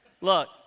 Look